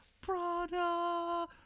Prada